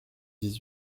dix